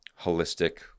holistic